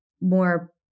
more